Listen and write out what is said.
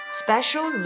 special